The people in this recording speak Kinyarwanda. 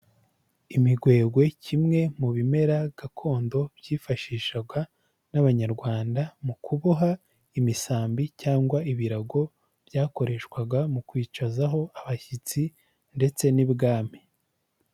Imigwegwe kimwe mu bimera gakondo byifashishwaga n'abanyarwanda mu kuboha imisambi cyangwa ibirago byakoreshwaga mu kwicazaho abashyitsi ndetse n'ibwami.